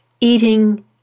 eating